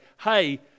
hey